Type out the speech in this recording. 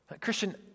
Christian